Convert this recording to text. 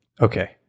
Okay